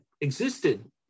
existed